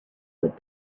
would